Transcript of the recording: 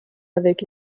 avec